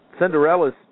Cinderella's